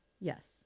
Yes